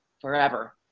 forever